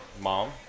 mom